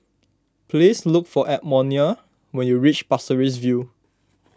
please look for Edmonia when you reach Pasir Ris View